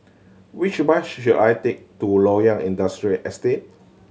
which bus should should I take to Loyang Industrial Estate